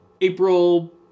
April